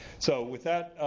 so with that,